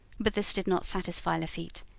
but this did not satisfy lafitte.